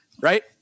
right